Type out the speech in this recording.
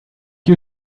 you